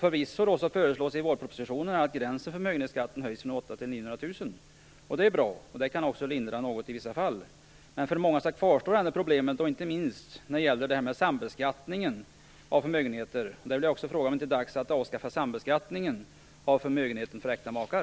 Förvisso föreslås i vårpropositionen att gränsen för förmögenhetsskatten höjs från 800 000 kr till 900 000 kr. Det är bra - det kan lindra något i vissa fall - men för många kvarstår ändå problemet, inte minst när det gäller sambeskattningen av förmögenheter. Det är fråga om det inte är dags att avskaffa sambeskattningen av förmögenheter för äkta makar.